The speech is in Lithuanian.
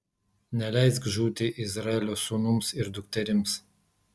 neleisk žūti izraelio sūnums ir dukterims